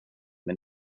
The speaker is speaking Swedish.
men